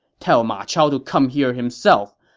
tell ma chao to come here himself.